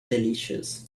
delicious